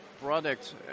product